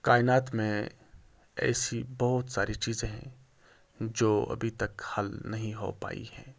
کائنات میں ایسی بہت ساری چیزیں ہیں جو ابھی تک حل نہیں ہو پائی ہیں